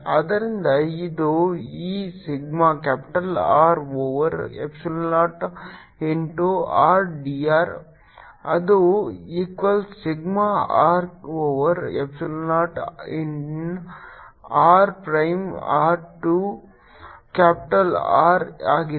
ಆದ್ದರಿಂದ ಇದು E sigma capital R over epsilon naught into r d r ಅದು equals sigma R over epsilon naught ln r prime r to capital R ಆಗಿದೆ